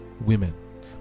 women